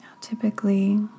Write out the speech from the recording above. typically